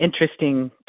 interesting